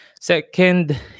Second